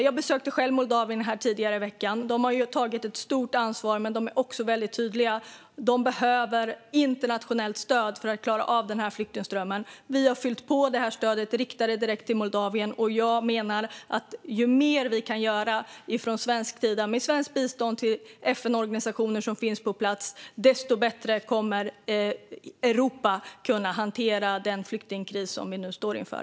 Jag besökte själv Moldavien tidigare i veckan. De har tagit ett stort ansvar, men de är också väldigt tydliga med att de behöver internationellt stöd för att klara av flyktingströmmen. Vi har fyllt på stödet riktat direkt till Moldavien, och jag menar att ju mer vi kan göra från svensk sida med svenskt bistånd till FN-organisationer som finns på plats, desto bättre kommer Europa att kunna hantera den flyktingkris som vi nu står inför.